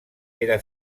era